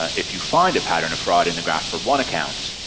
if you find a pattern of fraud in the graph for one account,